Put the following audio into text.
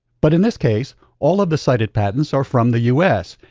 but in this case all of the cited patents are from the us,